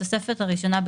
בתוספת הראשונה,